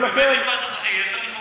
בבית-משפט אזרחי יש הליך הוגן?